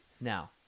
now